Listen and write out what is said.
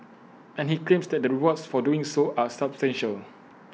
and he claims that the rewards for doing so are substantial